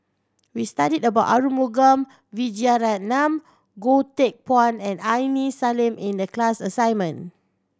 we studied about Arumugam Vijiaratnam Goh Teck Phuan and Aini Salim in the class assignment